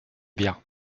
bien